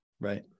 right